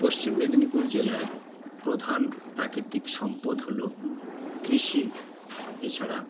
পশ্চিম মেদিনীপুর জেলার প্রধান প্রাকৃতিক সম্পদ হল কৃষি এছাড়া